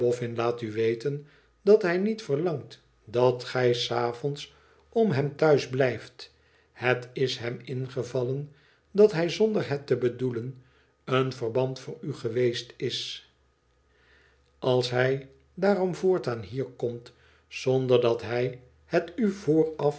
laat u weten dat hij niet verlangt dat gij s avonds om hem thuis blijft het is hem ingevallen dat hij zonder het te bedoelen een verband voor u geweest is als hij daarom voortaan hier komt zonder dat hij het u vooraf